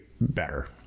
better